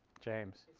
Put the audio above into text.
james.